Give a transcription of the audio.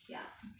ya